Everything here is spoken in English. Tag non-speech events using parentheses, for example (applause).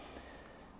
(breath)